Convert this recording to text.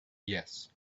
yes